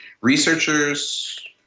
Researchers